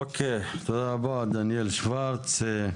אוקיי, תודה רבה דניאל שוורץ,